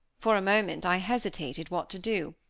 for a moment i hesitated what to do.